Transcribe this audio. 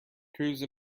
cruise